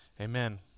Amen